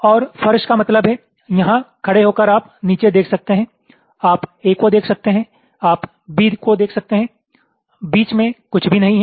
और फर्श का मतलब है यहां खड़े होकर आप नीचे देख सकते हैं आप A को देख सकते हैं आप B को देख सकते हैं बीच में कुछ भी नहीं है